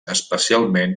especialment